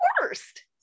worst